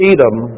Edom